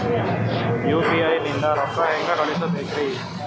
UPI ನಿಂದ ರೊಕ್ಕ ಹೆಂಗ ಕಳಸಬೇಕ್ರಿ?